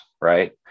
right